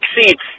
seats